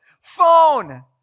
phone